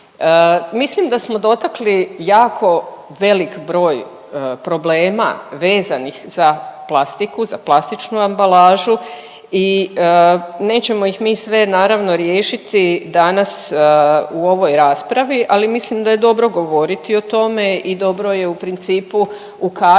Mislim da smo dotakli jako velik broj problema vezanih za plastiku, za plastičnu ambalažu i nećemo ih mi sve, naravno, riješiti danas u ovoj raspravi, ali mislim da je dobro govoriti o tome i dobro je, u principu ukazati